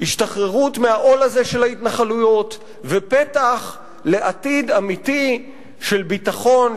השתחררות מהעול הזה של ההתנחלויות ופתח לעתיד אמיתי של ביטחון,